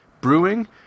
Brewing